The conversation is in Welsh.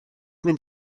mynd